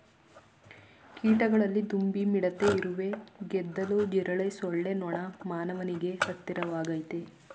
ಕೀಟಗಳಲ್ಲಿ ದುಂಬಿ ಮಿಡತೆ ಇರುವೆ ಗೆದ್ದಲು ಜಿರಳೆ ಸೊಳ್ಳೆ ನೊಣ ಮಾನವನಿಗೆ ಹತ್ತಿರವಾಗಯ್ತೆ